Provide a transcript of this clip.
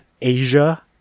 Asia